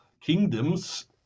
kingdoms